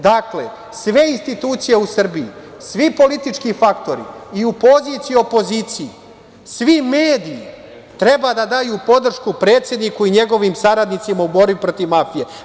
Dakle, sve institucije u Srbiji, svi politički faktori i u poziciji i u opoziciji, svi mediji treba da daju podršku predsedniku i njegovim saradnicima u borbi protiv mafije.